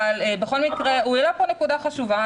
אבל בכל מקרה הוא העלה פה נקודה חשובה,